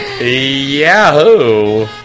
Yahoo